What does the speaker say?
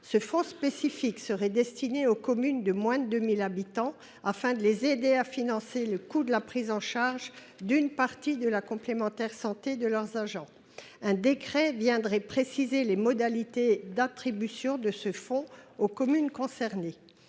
ce fonds spécifique serait destiné aux communes de moins de 2 000 habitants, afin de les aider à financer le coût de la prise en charge d’une partie de la complémentaire santé de leurs agents. Un décret viendrait préciser les modalités d’attribution de ce fonds aux communes concernées.